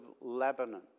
Lebanon